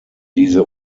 diese